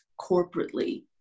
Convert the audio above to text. corporately